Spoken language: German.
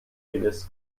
gewiss